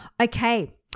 Okay